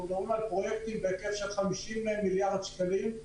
אנחנו מדברים על פרויקטים בהיקף של 50 מיליארד שקלים,